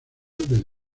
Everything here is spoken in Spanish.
del